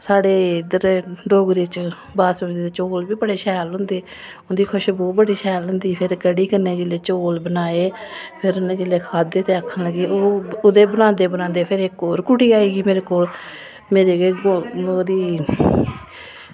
साढ़े इद्धर डोगरी च बासमती दे चौल बी बड़े शैल होंदे इंदी खुशबू बड़ी शैल होंदी फिर कढ़ी कन्नै जेल्लै चौल बनाए ते फिर जेल्लै खाद्धे ते आक्खन लग्गे फिर बनांदे बनांदे इक्क कुड़ी होर आई मेरे कोल ते ओह्दी